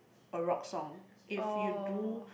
a rock song if you do